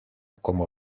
como